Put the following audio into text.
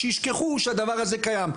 שישכחו שדבר כזה קיים.